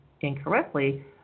incorrectly